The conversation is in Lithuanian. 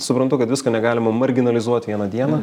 suprantu kad visko negalima marginalizuot vieną dieną